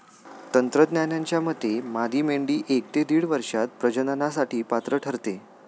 तज्ज्ञांच्या मते मादी मेंढी एक ते दीड वर्षात प्रजननासाठी पात्र ठरते